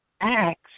Acts